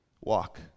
Walk